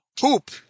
poop